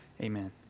amen